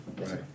Right